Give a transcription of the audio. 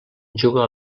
juga